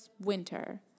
winter